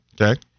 Okay